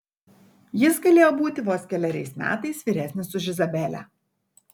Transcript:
jis galėjo būti vos keleriais metais vyresnis už izabelę